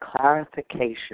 clarification